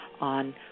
on